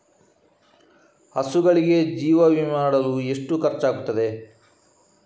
ಹಸುಗಳಿಗೆ ಜೀವ ವಿಮೆ ಮಾಡಲು ಎಷ್ಟು ಖರ್ಚಾಗುತ್ತದೆ?